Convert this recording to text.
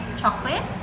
chocolate